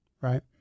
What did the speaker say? Right